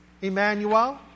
Emmanuel